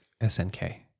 SNK